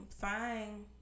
fine